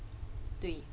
对